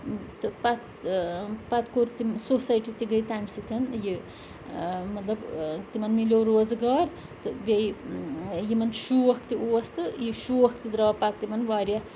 تہٕ پَتہٕ پَتہٕ کوٚر تِم سوسایٹی تہِ گٔے تَمہِ سۭتۍ یہِ مطلب تِمَن مِلیو روزگار تہٕ بیٚیہِ یِمن شوق تہِ اوس تہٕ یہِ شوق تہِ درٛاو پَتہٕ تِمن واریاہ